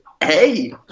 hey